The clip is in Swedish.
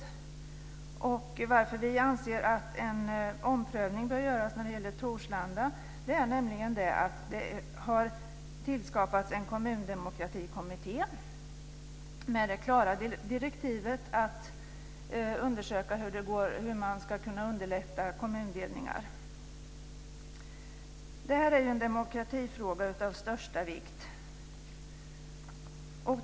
Anledningen till att vi anser att en omprövning bör göras när det gäller Torslanda är att det har tillskapats en kommundemokratikommitté med det klara direktivet att undersöka hur man ska kunna underlätta kommundelningar. Det här är en demokratifråga av största vikt.